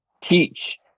teach